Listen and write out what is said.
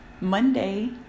Monday